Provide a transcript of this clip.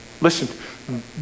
Listen